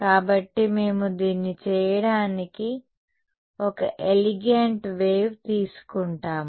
కాబట్టి మేము దీన్ని చేయడానికి ఒక ఎలిగాంట్ వేవ్ తీసుకుంటాము